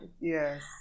Yes